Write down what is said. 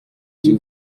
sur